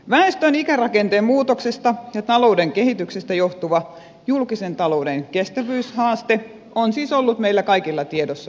väestön ikärakenteen muutoksesta ja talouden kehityksestä johtuva julkisen talouden kestävyyshaaste on siis ollut meillä kaikilla tiedossa jo kauan